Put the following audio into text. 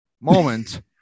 moment